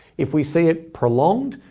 if we see it prolonged,